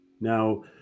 Now